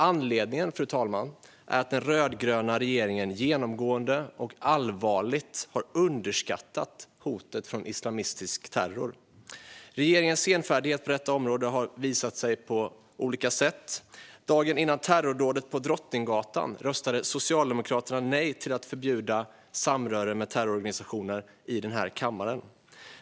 Anledningen, fru talman, är att den rödgröna regeringen genomgående och allvarligt har underskattat hotet från islamistisk terror. Regeringens senfärdighet på detta område har visat sig på olika sätt. Dagen före terrordådet på Drottninggatan röstade Socialdemokraterna nej i denna kammare till att förbjuda samröre med terrororganisationer.